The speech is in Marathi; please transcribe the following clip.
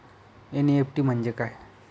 एन.ई.एफ.टी म्हणजे काय?